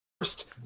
first